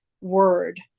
word